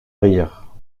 rire